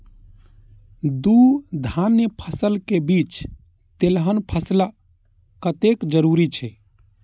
दू धान्य फसल के बीच तेलहन फसल कतेक जरूरी छे?